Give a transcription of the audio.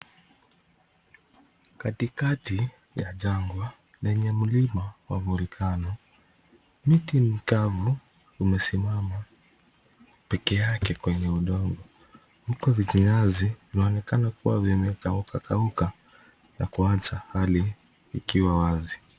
Katikati ya jangwa lenye mlima wa volkano. Mti mkavu umesimama peke yake kwenye udongo, huku vijinyazi vinaonekana kuwa vimekauka kauka na kuacha hali ikiwa wazi.